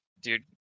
dude